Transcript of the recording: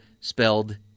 spelled